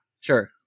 Sure